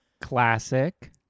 Classic